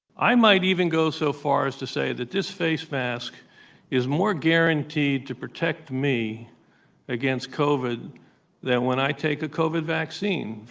i might even go so far as to say that this face mask is more guaranteed to protect me against covid than when i take a covid vaccine.